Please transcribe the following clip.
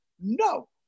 No